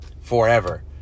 forever